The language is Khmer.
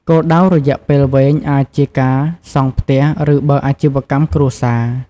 គោលដៅរយៈពេលវែងអាចជាការសង់ផ្ទះ ឬបើកអាជីវកម្មគ្រួសារ។